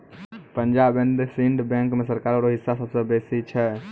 Punjab and Sind bank मे सरकारो रो हिस्सा सबसे बेसी छै